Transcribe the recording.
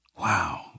Wow